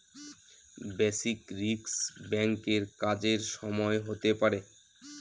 basis risk ব্যাঙ্কের কাজের সময় হতে পারে